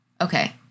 okay